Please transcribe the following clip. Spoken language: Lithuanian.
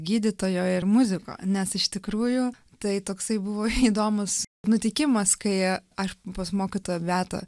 gydytojo ir muziko nes iš tikrųjų tai toksai buvo įdomus nutikimas kai aš pas mokytoją beatą